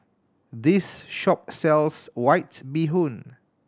this shop sells White Bee Hoon